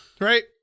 right